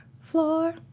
floor